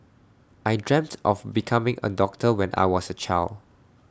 I dreamt of becoming A doctor when I was A child